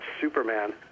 Superman